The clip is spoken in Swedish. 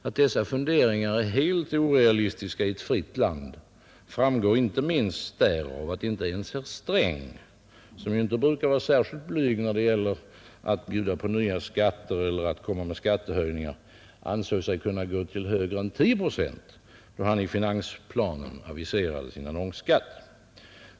Att dessa funderingar är helt orealistiska i ett fritt land framgår inte minst därav att inte ens herr Sträng — som ju inte brukar vara särskilt blyg då det gäller att bjuda på nya skatter eller komma med skattehöjningar — ansåg sig kunna gå högre än till 10 procent, då han i finansplanen aviserade sin annonsskatt.